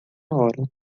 hora